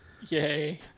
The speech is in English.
Yay